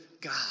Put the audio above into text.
God